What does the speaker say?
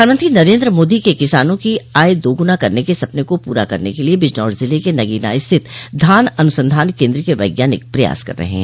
प्रधानमंत्री नरेन्द्र मोदी के किसानों की आय दोगुना करने के सपने को पूरा करने के लिए बिजनौर जिले के नगीना स्थित धान अनूसंधान केन्द्र के वैज्ञानिक प्रयास कर रहे हैं